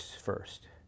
first